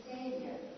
Savior